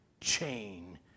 chain